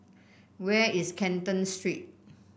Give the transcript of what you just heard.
where is Canton Street